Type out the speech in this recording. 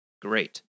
great